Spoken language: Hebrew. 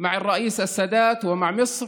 עם הנשיא סאדאת ועם מצרים,